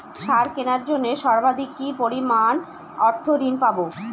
সার কেনার জন্য সর্বাধিক কি পরিমাণ অর্থ ঋণ পাব?